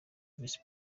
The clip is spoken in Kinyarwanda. visi